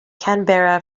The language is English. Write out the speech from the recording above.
canberra